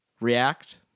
react